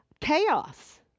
chaos